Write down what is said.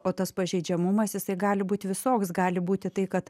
o tas pažeidžiamumas jisai gali būti visoks gali būti tai kad